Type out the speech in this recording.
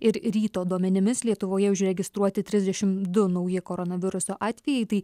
ir ryto duomenimis lietuvoje užregistruoti trisdešim du nauji koronaviruso atvejai tai